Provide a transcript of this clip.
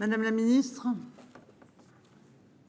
Madame la ministre.